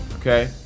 okay